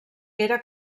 era